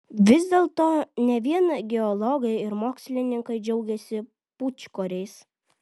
vis dėlto ne vien geologai ir mokslininkai džiaugiasi pūčkoriais